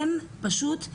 הן פשוט,